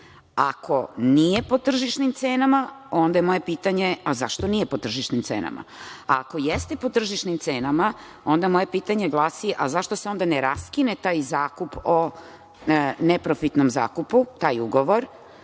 Ako nije po tržišnim cenama, onda je moje pitanje – a zašto nije po tržišnim cenama? Ako jeste po tržišnim cenama, onda moje pitanje glasi – zašto se onda ne raskine taj zakup o neprofitnom zakupu, taj ugovor,